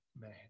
man